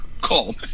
call